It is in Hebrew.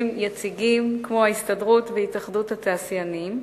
יציגים, כמו ההסתדרות והתאחדות התעשיינים.